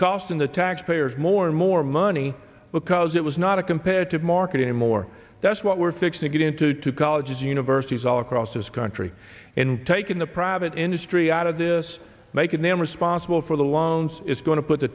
costing the taxpayers more and more money because it was not a competitive market anymore that's what we're fixing it into to colleges universities all across this country and take in the private industry out of this making them responsible for the loans it's going to put the